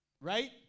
right